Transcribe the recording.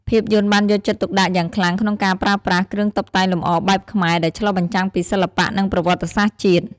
ភាពយន្តបានយកចិត្តទុកដាក់យ៉ាងខ្លាំងក្នុងការប្រើប្រាស់ គ្រឿងតុបតែងលម្អបែបខ្មែរ ដែលឆ្លុះបញ្ចាំងពីសិល្បៈ និងប្រវត្តិសាស្ត្រជាតិ។